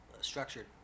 structured